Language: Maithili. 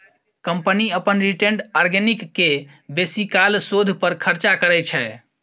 कंपनी अपन रिटेंड अर्निंग केँ बेसीकाल शोध पर खरचा करय छै